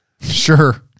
Sure